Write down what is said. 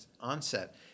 onset